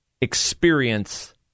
experience